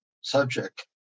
subject